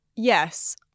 Yes